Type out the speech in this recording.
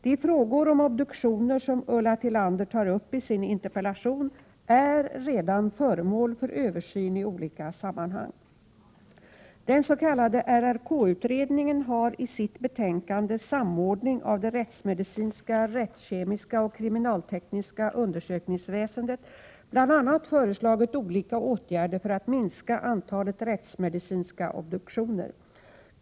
De frågor om obduktioner som Ulla Tillander tar upp i sin interpellation är redan föremål för översyn i olika sammanhang. Den s.k. RRK-utredningen har i sitt betänkande Samordning av det rättsmedicinska, rättskemiska och kriminaltekniska undersökningsväsendet bl.a. föreslagit olika åtgärder för att minska antalet rättsmedicinska obduktioner.